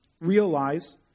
realize